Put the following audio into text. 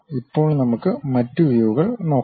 ഇപ്പോൾ നമുക്ക് മറ്റ് വ്യൂകൾ നോക്കാം